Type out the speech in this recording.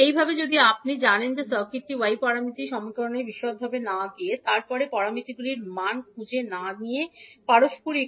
এইভাবে যদি আপনি জানেন যে সার্কিটটি y প্যারামিটার সমীকরণের বিশদগুলিতে না গিয়ে এবং তারপরে y প্যারামিটারগুলির মান খুঁজে না নিয়ে পারস্পরিক